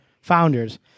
founders